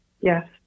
yes